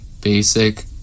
basic